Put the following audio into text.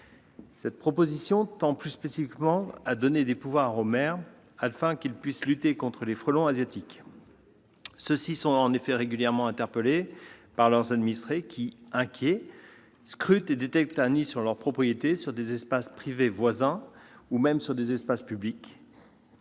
Cette proposition de loi tend plus spécifiquement à donner des pouvoirs au maire, afin qu'il puisse lutter contre les frelons asiatiques. Les maires sont en effet régulièrement interpellés par leurs administrés, qui, inquiets, scrutent et détectent un nid sur leur propriété, sur des espaces privés voisins ou même sur des espaces publics.